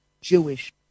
Jewish